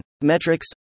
Metrics